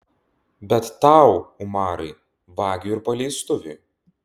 bet tau umarai vagiui ir paleistuviui